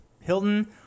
Hilton